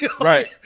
right